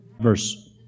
Verse